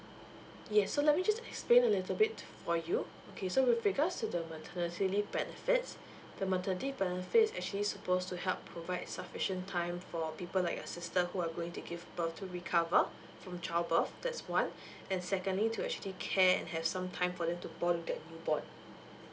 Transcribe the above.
yes so let me just explain a little bit for you okay so with regards to the maternity leave benefits the maternity benefits actually supposed to help provide sufficient time for people like your sister who are going to give birth to recover from child birth that's one and secondly to actually care and has some time for them to bond the newborn